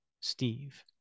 Steve